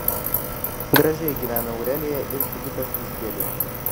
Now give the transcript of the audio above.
gražiai gyvena aurelija ir sigitas kisieliai